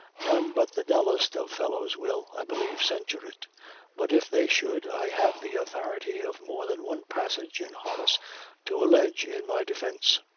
none but the dullest of fellows will, i believe, censure it but if they should, i have the authority of more than one passage in horace to allege in my defense.